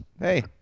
hey